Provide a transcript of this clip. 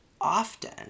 often